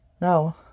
No